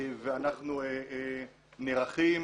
ואנחנו נערכים